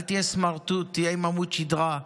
אל תהיה סמרטוט, תהיה עם עמוד שדרה.